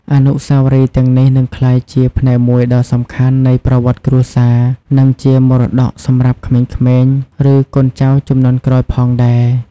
អនុស្សាវរីយ៍ទាំងនេះនឹងក្លាយជាផ្នែកមួយដ៏សំខាន់នៃប្រវត្តិគ្រួសារ និងជាមរតកសម្រាប់ក្មេងៗឬកូនចៅជំនាន់ក្រោយផងដែរ ។